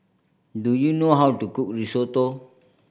do you know how to cook Risotto